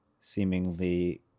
seemingly